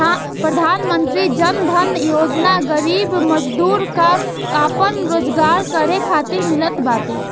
प्रधानमंत्री जन धन योजना गरीब मजदूर कअ आपन रोजगार करे खातिर मिलत बाटे